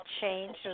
change